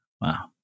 Wow